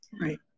Right